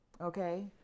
okay